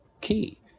key